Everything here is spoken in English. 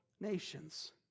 nations